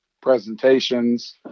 presentations